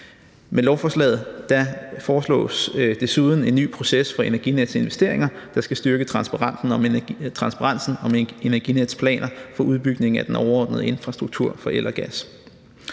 Med lovforslaget foreslås desuden en ny proces for Energinets investeringer, der skal styrke transparensen om Energinets planer for udbygningen af den overordnede infrastruktur for el og gas.